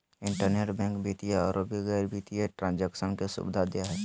internet bank वित्तीय औरो गैर वित्तीय ट्रांन्जेक्शन के सुबिधा दे हइ